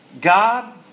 God